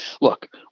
look